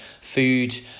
food